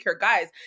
guys